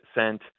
sent